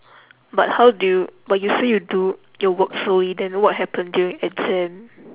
but how do but you say you do your work slowly then what happen during exam